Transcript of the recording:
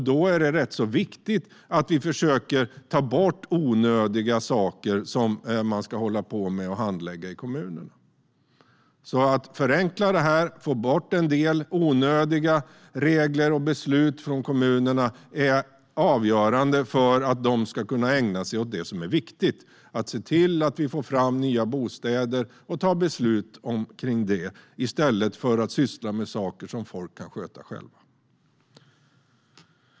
Då är det rätt viktigt att vi försöker ta bort onödiga saker som man ska hålla på och handlägga i kommunerna. Att förenkla detta och få bort en del onödiga regler och beslut från kommunerna är avgörande för att de ska kunna ägna sig åt det som är viktigt: att se till att vi får fram nya bostäder och att fatta beslut om det. Det ska kommunerna göra i stället för att syssla med saker som folk kan sköta själva.